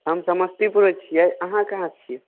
हम समस्तीपुरमे छियै अहाँ कहाँ छियै